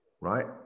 Right